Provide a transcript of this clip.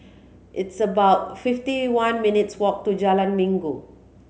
it's about fifty one minutes' walk to Jalan Minggu